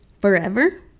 forever